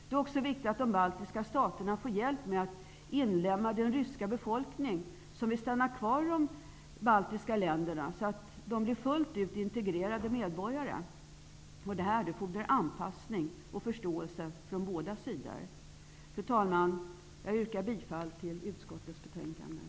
Det är också viktigt att de baltiska staterna får hjälp med att inlemma den ryska befolkning som vill stanna kvar i de baltiska länderna så att ryssarna blir fullt ut integrerade medborgare. Det fordrar anpassning och förståelse från båda sidor. Fru talman! Jag yrkar bifall till utskottets hemställan.